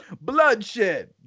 bloodshed